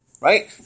right